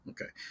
Okay